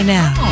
now